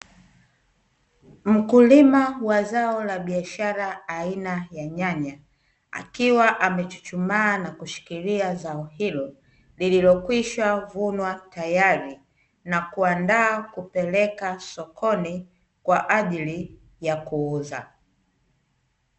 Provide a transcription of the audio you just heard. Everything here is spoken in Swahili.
Mkulima wa zao la biashara aina ya nyanya, akiwa amechuchumaa na kushikilia zao hilo, lililokwisha vunwa tayari, na kuandaa kupelekwa sokoni kwa ajili ya kuuza.